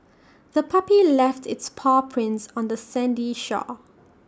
the puppy left its paw prints on the sandy shore